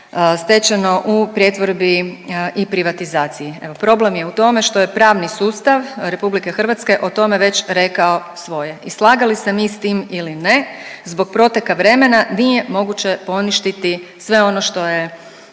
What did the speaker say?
stečeno u pretvorbi i privatizaciji. Evo, problem je u tome što je pravni sustav RH o tome već rekao svoje. I slagali se mi s tim ili ne zbog proteka vremena nije moguće poništiti sve ono što je